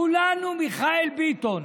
כולנו מיכאל ביטון.